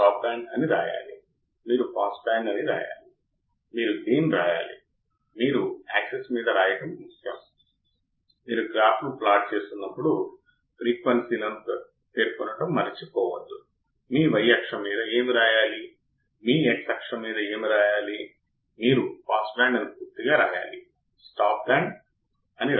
చాలా op amps అవకలన యాంప్లిఫైయర్ను ఇన్పుట్ స్టేజ్ గా ఉపయోగిస్తాయి అవకలన యాంప్లిఫైయర్ యొక్క 2 ట్రాన్సిస్టర్ల సరిగ్గా బయాస్ సరిగ్గా ఉండాలి కానీ ఆచరణాత్మకంగా ఆ ట్రాన్సిస్టర్ల యొక్క ఖచ్చితమైన సరిపోలికను పొందడం సాధ్యం కాదు